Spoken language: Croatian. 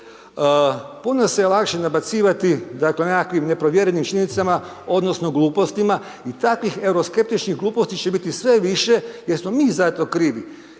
Puno se lakše nabacivati, dakle, nekakvim neprovjerenim činjenicama odnosno glupostima i takvih euro skeptičkih gluposti će biti sve više jer smo mi za to krivi.